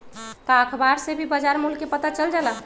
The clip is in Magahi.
का अखबार से भी बजार मूल्य के पता चल जाला?